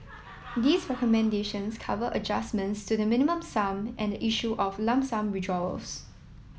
these recommendations cover adjustments to the Minimum Sum and the issue of lump sum withdrawals